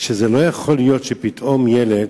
שזה לא יכול להיות שפתאום ילד